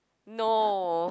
no